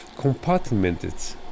compartmented